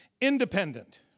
independent